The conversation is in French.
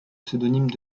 pseudonyme